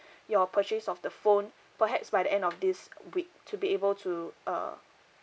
your purchase of the phone perhaps by the end of this week to be able to uh